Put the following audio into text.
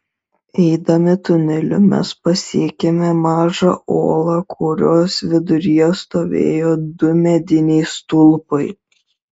eidami tuneliu mes pasiekėme mažą olą kurios viduryje stovėjo du mediniai stulpai